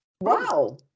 Wow